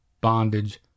bondage